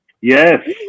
Yes